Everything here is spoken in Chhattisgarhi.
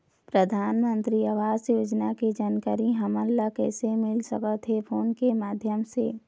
परधानमंतरी आवास योजना के जानकारी हमन ला कइसे मिल सकत हे, फोन के माध्यम से?